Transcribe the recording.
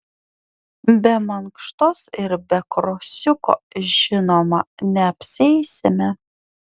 be mankštos ir be krosiuko žinoma neapsieisime